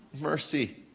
Mercy